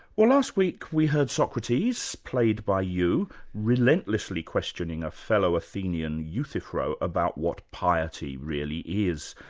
well last week we heard socrates played by you relentlessly questioning a fellow athenian euthyphro about what piety really is.